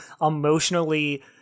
emotionally